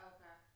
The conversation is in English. Okay